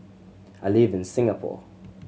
I live in Singapore